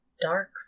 dark